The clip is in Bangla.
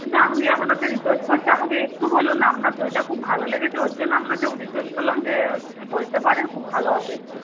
কিন্তু আমি আপনাকে রিকোয়েস্ট করছি আমাকে একটু বলুন না আপনার দইটা খুব ভালো লেগেছে ওর জন্য আপনাকে রিকোয়েস্ট করলাম যে যদি বলতে পারেন খুব ভালো হতো একটু